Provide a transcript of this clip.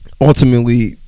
ultimately